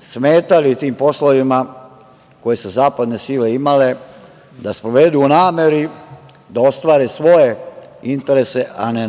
smetali tim poslovima koje su zapadne sile imale da sprovedu, u nameri da ostvare svoje interese a ne